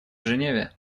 женеве